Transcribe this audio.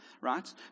right